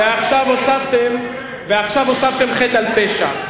ועכשיו הוספתם חטא על פשע.